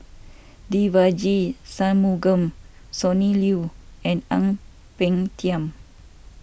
Devagi Sanmugam Sonny Liew and Ang Peng Tiam